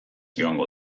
joango